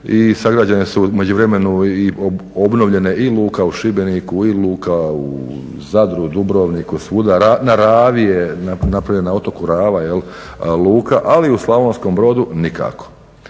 i sagrađene su u međuvremenu i obnovljene i luka u Šibeniku i luka u Zadru, Dubrovniku, svuda, na Ravi je napravljena, na otoku Rava luka, ali u Slavonskom Brodu nikako.